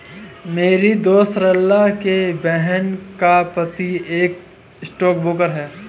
मेरी दोस्त सरला की बहन का पति एक स्टॉक ब्रोकर है